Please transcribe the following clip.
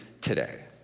today